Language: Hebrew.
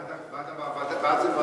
ההצעה להעביר את הנושא